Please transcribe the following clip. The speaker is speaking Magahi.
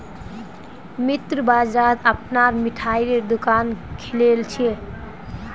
मन्नू बाजारत अपनार मिठाईर दुकान खोलील छ